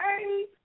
Hey